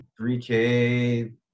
3K